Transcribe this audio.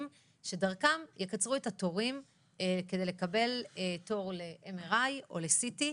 שדרכן יקצרו את התורים כדי לקבל תור ל-MRI או ל-CT.